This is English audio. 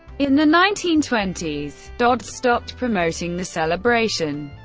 in the nineteen twenty s, dodd stopped promoting the celebration,